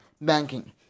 banking